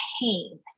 pain